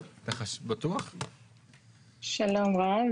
שלום רב,